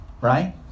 right